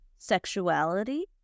sexuality